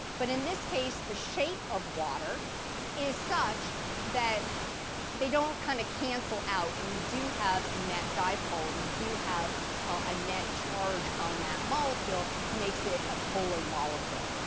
but in this case, the shape of water is such that they don't kind of cancel out, and you do have a net dipole. you do have a net charge on that molecule, makes it a polar molecule.